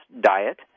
diet